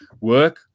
work